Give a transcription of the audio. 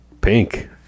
Pink